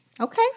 Okay